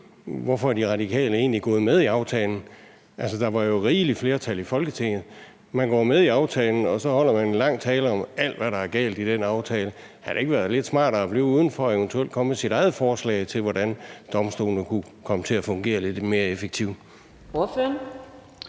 hvorfor De Radikale egentlig er gået med i aftalen; altså, der var jo et rigeligt flertal i Folketinget. Man går med i aftalen, og så holder man en lang tale om alt, hvad der er galt i den aftale. Havde det ikke været lidt smartere at blive uden for og eventuelt komme med sit eget forslag til, hvordan domstolene kunne komme til at fungere lidt mere effektivt?